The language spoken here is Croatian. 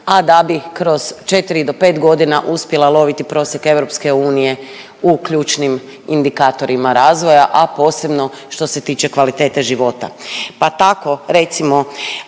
a da bi kroz 4 do 5 godina uspjela loviti prosjek EU u ključnim indikatorima razvoja, a posebno što se tiče kvalitete života.